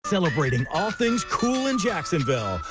celebrating all things cool in jacksonville,